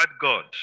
God